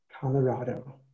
Colorado